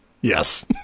yes